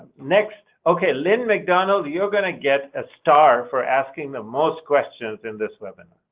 next, okay, lynn mcdonald, you're going to get a star for asking the most questions in this webinar.